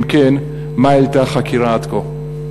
3. אם כן, מה העלתה החקירה עד כה?